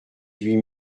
huit